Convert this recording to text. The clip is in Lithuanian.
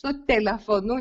tuo telefonu